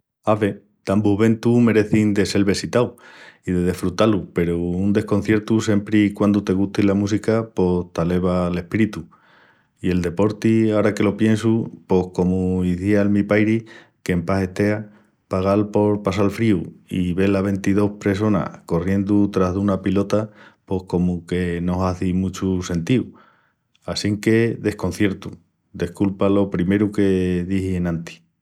Ave, dambus eventus merecin de sel vesitaus i de desfrutá-lus peru un desconciertu, siempri i quandu te gusti la música, pos t'aleva l'espíritu. I el deporti, ara que lo piensu, pos comu izía'l mi pairi, qu'en pas estea, pagal por passal fríu i vel a ventidós pressonas corriendu tras duna pilota pos comu que no hazi muchu sentíu. Assinque desconciertu, desculpa lo primeru que dixi enantis.